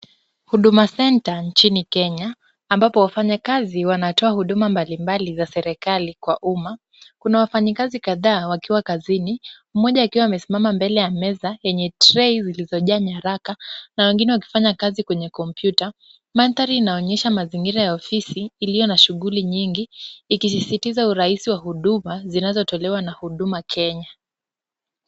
Huduma centre nchini Kenya, ambapo wafanyikazi wanatoa huduma mbalimbali za serikali kwa umma, kuna wafanyikazi kadha wakiwa kazini. Mmoja akiwa amesimama mbele ya meza yenye tray zilizojaa nyaraka na wengine wakifanya kazi kwenye kompyuta. Mandhari inaonyesha mazingira ya ofisi iliyo na shughuli nyingi, ikisisitiza urahisi wa huduma zinazotolewa na Huduma Kenya.